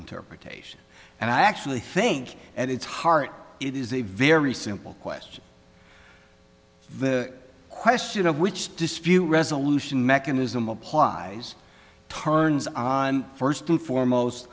interpretation and i actually think at its heart it is a very simple question the question of which dispute resolution mechanism applies turns on first and foremost